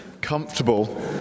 comfortable